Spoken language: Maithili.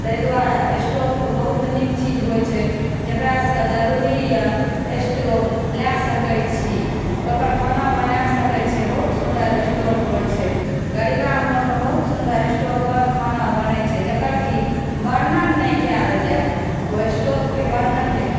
ताहि दुआरे स्टोव बहुत नीक चीज होइत छै जेकरा सभके जरुरीए स्टोव लए सकैत छी ओहिपर खाना बना सकैत छी बहुत सुन्दर स्टोव होइत छै गरीबा मौजमे बहुत सुन्दर स्टोव पर खाना बनय छै जकर कि वर्णन नहि कएल जाय ओ स्टोवके वर्णन नहि कयल जाय